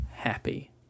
happy